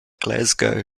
glasgow